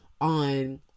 on